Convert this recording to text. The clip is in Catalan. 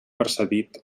precedit